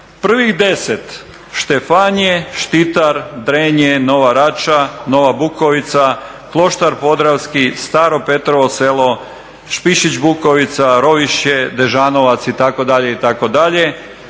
Prvih 10 Štefanje, Štitar, Drenje, Nova Rača, Nova Bukovica, Kloštar Podravski, Staro Petrovo Selo, Špišić Bukovica, Rovišće, Dežanovac itd. itd.